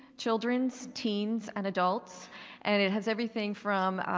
children's, teens and adults and it has everything from,